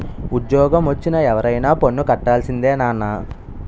ఉజ్జోగమొచ్చిన ఎవరైనా పన్ను కట్టాల్సిందే నాన్నా